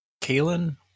Kalen